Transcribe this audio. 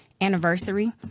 anniversary